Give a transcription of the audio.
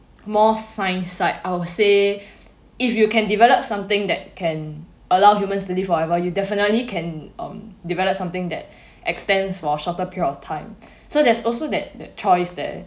more science side I'd say if you can develop something that can allow humans to live forever you definitely can um develop something that extends or shorten period of time so there's also that that choice there